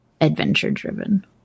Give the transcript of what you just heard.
adventure-driven